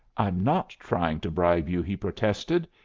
i'm not trying to bribe you, he protested.